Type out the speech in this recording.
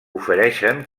ofereixen